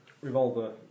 revolver